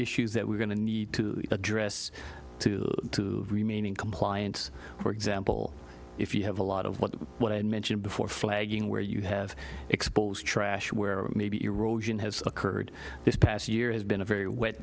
issues that we're going to need to address to remain in compliance for example if you have a lot of what what i mentioned before flagging where you have exposed trash where maybe erosion has occurred this past year has been a very wet